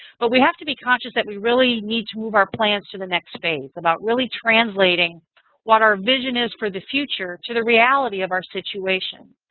but we have to be conscious that we really need to move our plans to the next phase, about really translating what our vision is for the future to the reality of our situation.